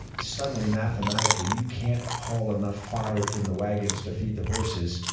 suddenly, mathematically, you can't haul enough fodder in the wagons to feed the horses.